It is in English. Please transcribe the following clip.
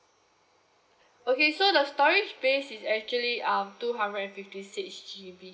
okay so the storage space is actually um two hundred and fifty six G_B